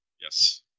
Yes